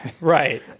Right